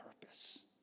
purpose